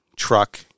truck